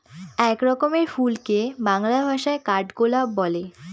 এক রকমের ফুলকে বাংলা ভাষায় কাঠগোলাপ বলে